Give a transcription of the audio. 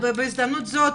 בהזדמנות זו.